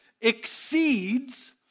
exceeds